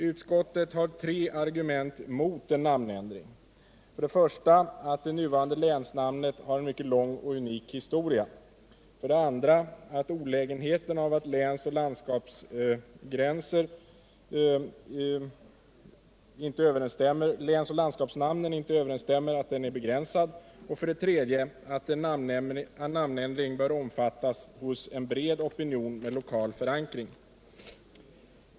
Utskottet har tre argument mot en namnändring: för det första att det nuvarande länsnamnet har en mycket lång och unik historia, för det andra att olägenheterna av att länsoch landskapsnamnen inte överensstämmer är begränsade, och för det tredje att en namnändring bör omfattas av en bred opinion med lokal förankring.